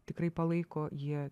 tikrai palaiko jie